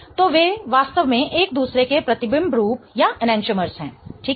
तो वे वास्तव में एक दूसरे के प्रतिबिंब रूप एनेंटिओमर हैं ठीक है